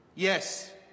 Yes